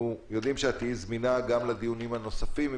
אנחנו יודעים שאת תהיי זמינה גם לדיונים הנוספים,